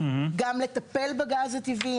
גם לטפל בגז הטבעי,